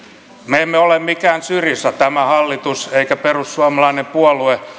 me emme ole ei tämä hallitus eikä perussuomalainen puolue mikään syriza